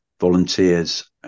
volunteers